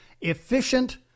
efficient